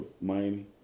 Miami